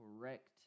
correct